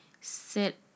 sit